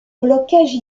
blocage